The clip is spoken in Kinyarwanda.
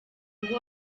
ngo